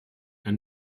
and